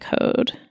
code